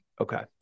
Okay